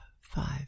five